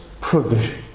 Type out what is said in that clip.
provision